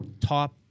top